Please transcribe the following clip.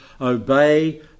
obey